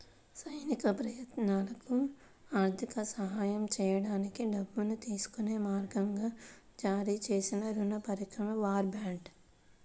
సైనిక ప్రయత్నాలకు ఆర్థిక సహాయం చేయడానికి డబ్బును తీసుకునే మార్గంగా జారీ చేసిన రుణ పరికరమే వార్ బాండ్